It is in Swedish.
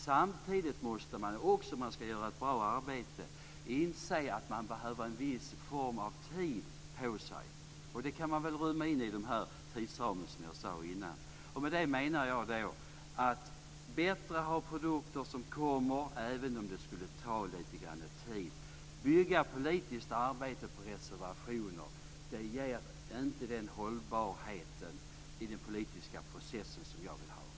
Samtidigt måste man också om man ska göra ett bra arbete inse att man behöver en viss tid på sig. Det kan mycket väl inrymmas i den tidsram jag nämnde innan. Med det menar jag: Det är bättre att ha produkter som kommer, även om det skulle ta lite tid. Att bygga politiskt arbete på reservationer ger inte den hållbarhet i den politiska processen som jag vill ha.